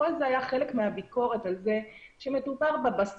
כל זה היה חלק מהביקורת על זה שמדובר בבסיס,